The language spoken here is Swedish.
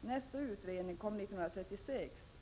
Nästa utredning kom 1936.